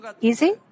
easy